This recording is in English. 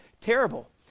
terrible